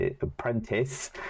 apprentice